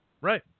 Right